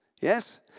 Yes